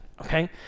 okay